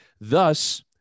Thus